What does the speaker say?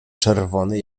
czerwony